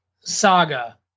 saga